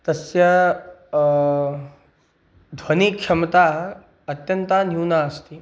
तस्य ध्वनिक्षमता अत्यन्ता न्यूना अस्ति